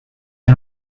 are